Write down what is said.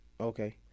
Okay